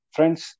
Friends